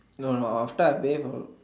no no after I pay her